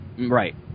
Right